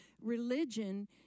religion